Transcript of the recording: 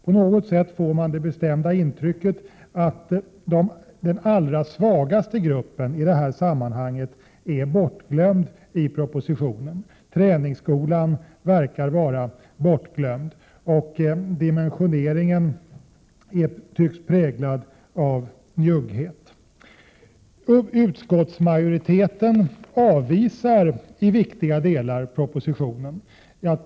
På något sätt får man det bestämda intrycket att den allra svagaste gruppen i det här sammanhanget är bortglömd i propositionen — träningsskolan verkar vara bortglömd, och dimensioneringen tycks vara präglad av njugghet. Utskottsmajoriteten avvisar i viktiga delar propositionen.